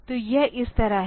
तो यह इस तरह है